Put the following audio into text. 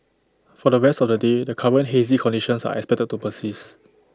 for the rest of the day the current hazy conditions are expected to persist